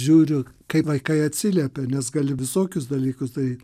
žiūriu kaip vaikai atsiliepia nes gali visokius dalykus tai